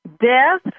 Death